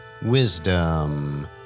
Wisdom